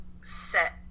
set